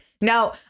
Now